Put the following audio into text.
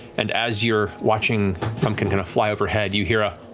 and as you're watching frumpkin kind of fly overhead, you hear a